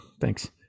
Thanks